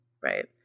right